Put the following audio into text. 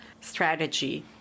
strategy